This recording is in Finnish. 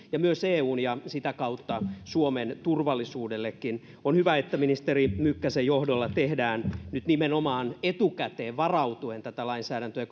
ja eun ja sitä kautta suomenkin turvallisuudelle on hyvä että ministeri mykkäsen johdolla tehdään nyt nimenomaan etukäteen varautuen tätä lainsäädäntöä